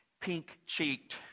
pink-cheeked